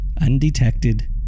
undetected